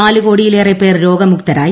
നാല് കോടി യിലേറെ പ്പേർ രോഗ മുക്തരായി